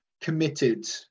committed